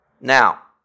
Now